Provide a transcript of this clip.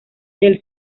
del